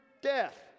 death